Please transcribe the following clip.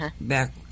back